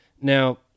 Now